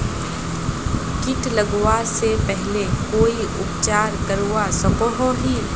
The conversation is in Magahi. किट लगवा से पहले कोई उपचार करवा सकोहो ही?